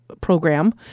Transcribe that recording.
program